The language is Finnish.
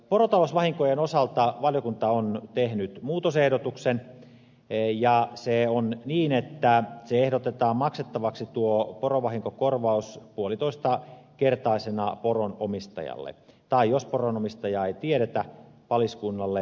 porotalousvahinkojen osalta valiokunta on tehnyt muutosehdotuksen ja se on niin että ehdotetaan maksettavaksi tuo porovahinkokorvaus puolitoistakertaisena poronomistajalle tai jos poronomistajaa ei tiedetä paliskunnalle